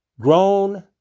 grown